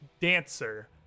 dancer